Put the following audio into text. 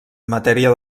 matèria